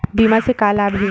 बीमा से का लाभ हे?